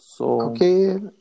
Okay